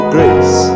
Grace